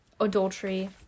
adultery